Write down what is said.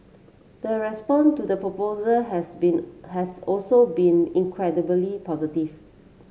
the response to the proposal has been has also been incredibly positive